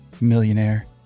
millionaire